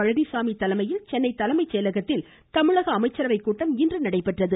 பழனிசாமி தலைமையில் சென்னை தலைமைச் செயலகத்தில் தமிழக அமைச்சரவை கூட்டம் இன்று நடைபெற்றது